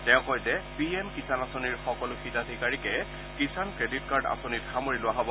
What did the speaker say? তেওঁ কয় যে পি এম কিষাণ আঁচনিৰ সকলো হিতাধিকাৰীকে কিষাণ ক্ৰেডিট কাৰ্ড আঁচনিত সামৰি লোৱা হ'ব